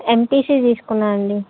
MPC తీసుకున్నానండి